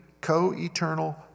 co-eternal